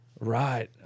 Right